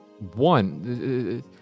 One